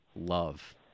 love